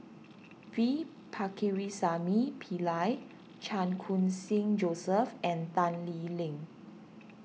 P Pakirisamy Pillai Chan Khun Sing Joseph and Tan Lee Leng